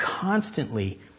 constantly